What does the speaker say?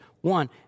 One